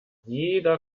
jeder